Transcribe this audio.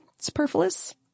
superfluous